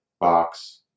box